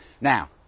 Now